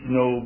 no